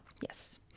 Yes